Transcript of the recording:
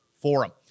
Forum